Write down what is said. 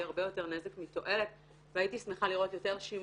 הרבה יותר נזק מתועלת והייתי שמחה לראות שימוש